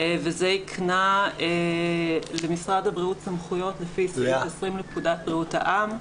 וזה היקנה למשרד הבריאות סמכויות לפי סעיף 20 לפקודת בריאות העם.